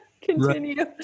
continue